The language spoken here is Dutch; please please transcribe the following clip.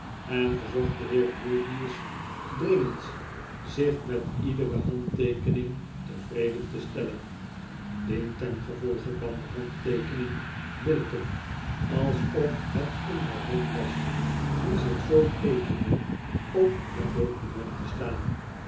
en verzocht den heer grewgious dringend zich met iedere handteekening tevreden te stellen dientengevolge kwam de handteekening billicken alsof het een baron was die zich zoo teekende op het document te staan